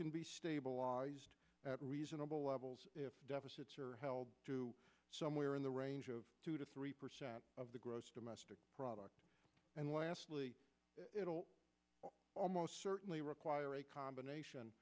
can be stabilized at reasonable levels if deficits are held to somewhere in the range of two to three percent of the gross domestic product and lastly it will almost certainly require a combination